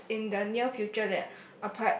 perhaps in the near future that